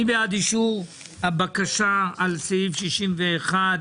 מי בעד אישור הבקשה לסעיף 61,